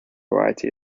variety